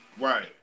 Right